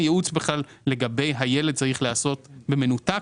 הייעוץ לגבי הילד צריך להיעשות במנותק,